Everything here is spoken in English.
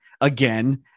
again